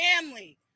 family